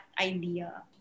idea